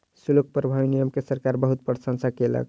शुल्क प्रभावी नियम के सरकार बहुत प्रशंसा केलक